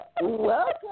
Welcome